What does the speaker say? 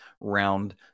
round